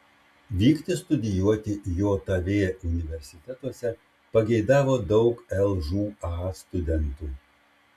vykti studijuoti jav universitetuose pageidavo daug lžūa studentų